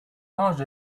ange